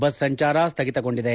bus ಸಂಚಾರ ಸ್ವಗಿತಗೊಂಡಿದೆ